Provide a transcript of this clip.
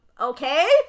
Okay